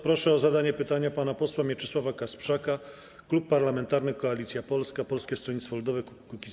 Proszę o zadanie pytania pana posła Mieczysława Kasprzaka, Klub Parlamentarny Koalicja Polska - Polskie Stronnictwo Ludowe - Kukiz15.